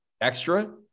extra